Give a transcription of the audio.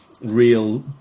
real